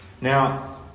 Now